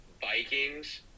Vikings